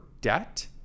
debt